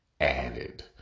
Added